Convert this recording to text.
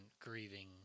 grieving